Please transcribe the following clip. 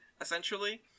essentially